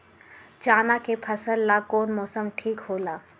चाना के फसल ला कौन मौसम ठीक होला?